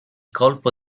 colpo